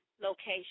location